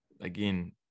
again